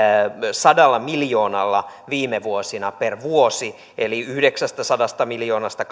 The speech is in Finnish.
sadalla miljoonalla per vuosi eli yhdeksästäsadasta miljoonasta